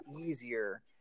easier